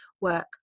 work